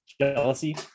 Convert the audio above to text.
jealousy